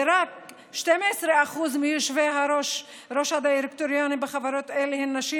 רק כ-21% מיושבי-ראש הדירקטוריונים בחברות אלו הן נשים.